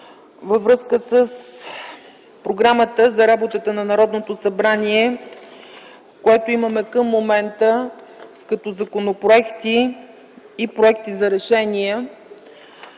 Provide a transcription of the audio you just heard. Във връзка с програмата за работата на Народното събрание, която имаме към момента като законопроекти и проекти за решения,